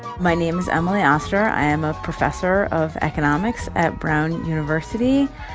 my name's emily oster. i am a professor of economics at brown university.